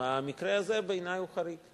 המקרה הזה בעיני הוא חריג.